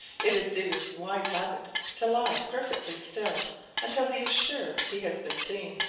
it is digger's wise habit to lie perfectly still until he is sure he has been seen,